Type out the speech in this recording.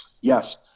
Yes